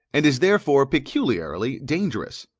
and is therefore peculiarly dangerous.